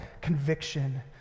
conviction